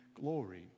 glory